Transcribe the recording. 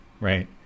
right